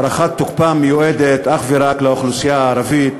הארכת תוקפה מיועדת אך ורק לאוכלוסייה הערבית,